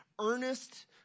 earnest